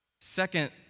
second